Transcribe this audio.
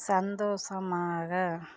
சந்தோஷமாக